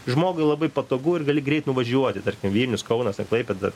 žmogui labai patogu ir gali greit nuvažiuoti tarkim vilnius kaunas ar klaipėda